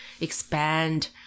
expand